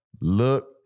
Look